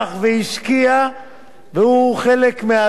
והוא חלק מאדריכלי החוק הזה.